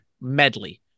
medley